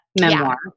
memoir